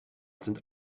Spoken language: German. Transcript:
sind